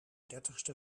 dertigste